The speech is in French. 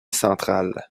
centrale